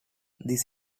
this